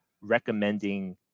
recommending